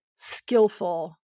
Skillful